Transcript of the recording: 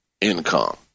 income